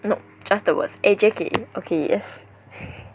no just the worse eh J_K okay yes